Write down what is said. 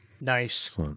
Nice